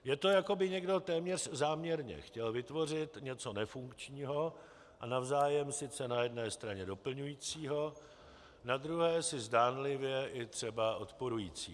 Je to, jako by někdo téměř záměrně chtěl vytvořit něco nefunkčního a navzájem sice na jedné straně doplňujícího, na druhé si zdánlivě i třeba odporujícího.